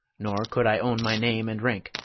nor could i own my name and rank,